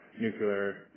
nuclear